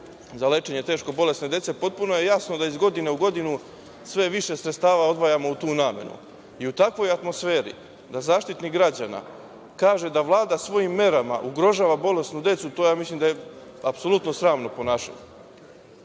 za lečenje teško bolesne dece, potpuno je jasno da iz godine u godinu sve više sredstava odvajamo u tu namenu. I u takvoj atmosferi da Zaštitnik građana kaže da Vlada svojim merama ugrožava bolesnu decu, mislim da je apsolutno sramno ponašanje. Moj